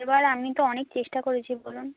এবার আমি তো অনেক চেষ্টা করেছি বলুন